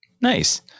Nice